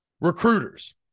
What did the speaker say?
recruiters